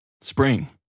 Spring